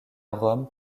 rome